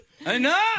Enough